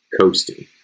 coasting